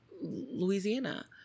Louisiana